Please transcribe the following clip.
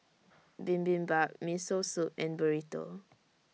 Bibimbap Miso Soup and Burrito